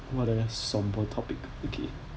what a sombre topic again